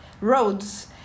roads